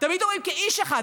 תמיד אומרים "כאיש אחד",